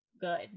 good